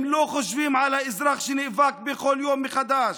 הם לא חושבים על האזרח שנאבק בכל יום מחדש,